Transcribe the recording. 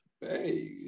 hey